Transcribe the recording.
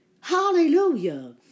hallelujah